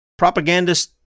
propagandist